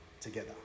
together